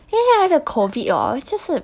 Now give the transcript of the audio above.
现在还是 COVID orh 就是